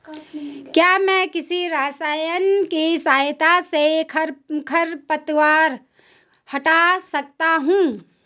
क्या मैं किसी रसायन के सहायता से खरपतवार हटा सकता हूँ?